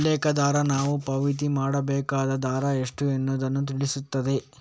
ಉಲ್ಲೇಖ ದರ ನಾವು ಪಾವತಿ ಮಾಡ್ಬೇಕಾದ ದರ ಎಷ್ಟು ಅನ್ನುದನ್ನ ತಿಳಿಸ್ತದೆ